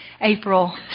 April